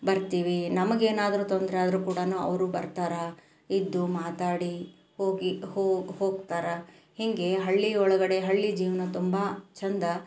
ಬರ್ತೀವಿ ನಮಗೇನಾದರು ತೊಂದರೆ ಆದರು ಕೂಡ ಅವರು ಬರ್ತಾರೆ ಇದ್ದು ಮಾತಾಡಿ ಹೋಗಿ ಹೋಗಿ ಹೋಗ್ತಾರೆ ಹೀಗೆ ಹಳ್ಳಿ ಒಳಗಡೆ ಹಳ್ಳಿ ಜೀವನ ತುಂಬ ಚೆಂದ